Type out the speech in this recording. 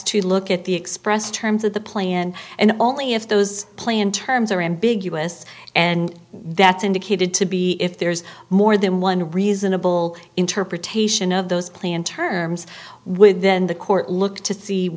to look at the expressed terms of the plan and only if those plain terms are ambiguous and that's indicated to be if there's more than one reasonable interpretation of those play in terms with then the court look to see